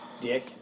Dick